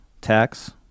tax